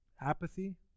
apathy